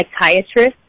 psychiatrist